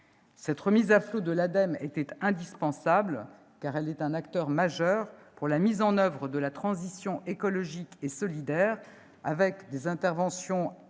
Cette « remise à flot » de l'ADEME était indispensable, car elle est un acteur majeur pour la mise en oeuvre de la transition écologique et solidaire, avec des interventions importantes